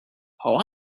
all